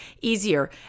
easier